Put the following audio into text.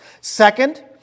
Second